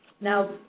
Now